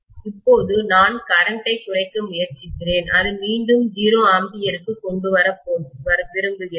இப்போது நான் கரண்ட்டை மின்னோட்டத்தை குறைக்க முயற்சிக்கிறேன் அதை மீண்டும் 0 ஆம்பியருக்கு கொண்டு வர விரும்புகிறேன்